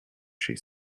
she